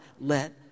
let